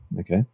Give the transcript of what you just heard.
okay